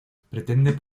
pretende